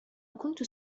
كنت